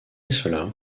cela